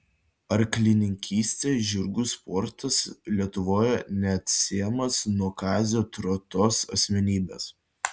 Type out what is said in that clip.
arklininkystė žirgų sportas lietuvoje neatsiejamas nuo kazio trotos asmenybės